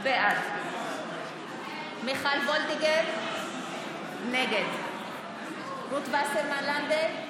בעד מיכל וולדיגר, נגד רות וסרמן לנדה,